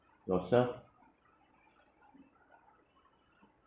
yourself